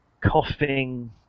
coughing